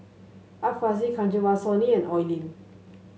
Art Fazil Kanwaljit Soin and Oi Lin